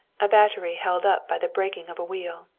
a battery held up by the breaking of a wheel.